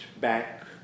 back